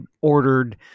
ordered